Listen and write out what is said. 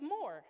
more